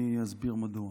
אני אסביר מדוע.